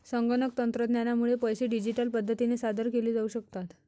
संगणक तंत्रज्ञानामुळे पैसे डिजिटल पद्धतीने सादर केले जाऊ शकतात